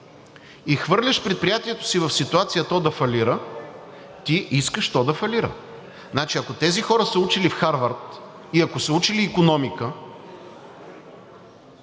и хвърляш предприятието си в ситуация то да фалира, ти искаш то да фалира. Ако тези хора са учили в Харвард и ако са учили икономика,